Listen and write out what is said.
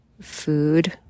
food